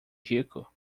rico